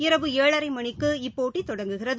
இரவு ஏழரைமணிக்கு இப்போட்டிதொடங்குகிறது